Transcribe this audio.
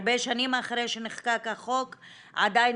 הרבה שנים אחרי שנחקק החוק אנחנו עדיין